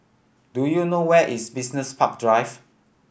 do you know where is Business Park Drive